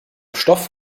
stoff